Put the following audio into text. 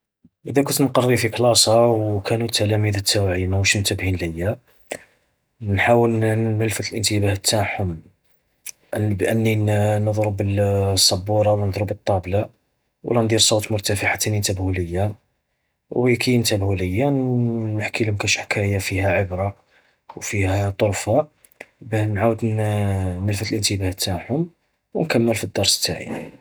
إذا كنت نقري في كلاسة وكانوا التلاميذ التاوعي ماهومش منتبهين ليا، نحاول ن-نلفت الانتباهات نتاعهم، بأنني ن-نضرب الصبورة ونضرب الطابلة، ولا ندير صوت مرتفع حتان ينتبهوا ليا. وكي ينتبهوا ليا نحكيلهم كش حكاية فيها عبرة، وفيها طرفة، باه نعاود ن-نلفت الانتباه تاعهم ونكمل في الدرس التاعي.